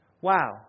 Wow